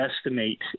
estimate